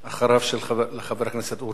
אחריו, חבר הכנסת אורי אורבך.